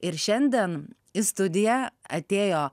ir šiandien į studiją atėjo